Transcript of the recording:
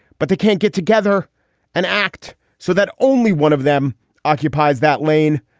but they can't get together and act so that only one of them occupies that lane.